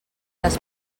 les